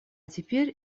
теперь